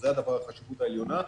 זה בעדיפות העליונה.